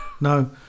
no